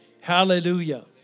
Hallelujah